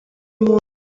umuntu